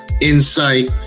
insight